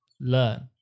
learn